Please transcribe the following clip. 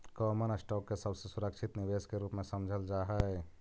common stock के सबसे सुरक्षित निवेश के रूप में समझल जा हई